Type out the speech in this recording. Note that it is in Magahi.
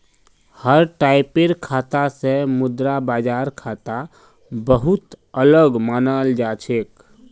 हर टाइपेर खाता स मुद्रा बाजार खाता बहु त अलग मानाल जा छेक